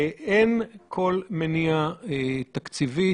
ואין כל מניעה תקציבית.